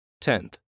Tenth